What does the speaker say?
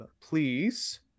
please